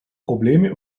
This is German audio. probleme